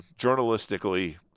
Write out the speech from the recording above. journalistically